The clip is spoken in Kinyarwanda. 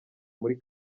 muri